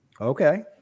Okay